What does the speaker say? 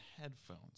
headphones